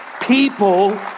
people